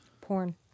porn